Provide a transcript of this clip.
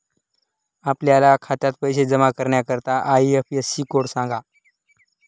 आपल्या खात्यात पैसे जमा करण्याकरता आय.एफ.एस.सी कोड सांगा